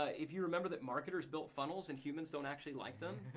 ah if you remember that marketers built funnels and humans don't actually like them.